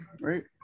right